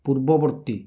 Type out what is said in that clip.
ପୂର୍ବବର୍ତ୍ତୀ